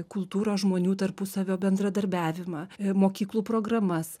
kultūros žmonių tarpusavio bendradarbiavimą mokyklų programas